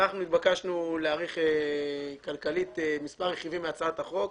אנחנו התבקשנו להעריך כלכלית מספר רכיבים בהצעת החוק.